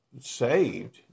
saved